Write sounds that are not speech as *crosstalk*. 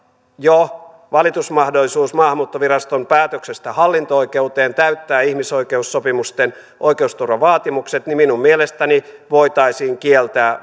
jo valitusmahdollisuus maahanmuuttoviraston päätöksestä hallinto oikeuteen täyttää ihmisoikeussopimusten oikeusturvavaatimukset minun mielestäni voitaisiin kieltää *unintelligible*